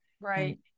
Right